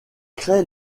crée